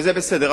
וזה בסדר.